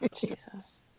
Jesus